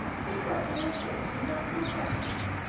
did what they were told and asked no questions